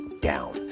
down